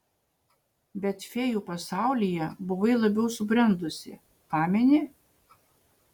bet fėjų pasaulyje buvai labiau subrendusi pameni